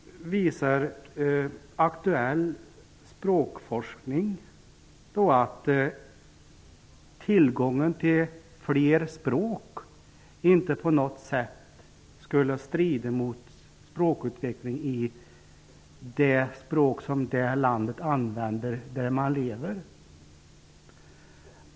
Aktuell språkforskning visar faktiskt på att tillgången till fler språk inte på något sätt skulle strida mot språkutvecklingen i det språk som talas i det land där man lever.